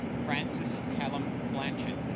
francis callum blanchard